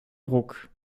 ruck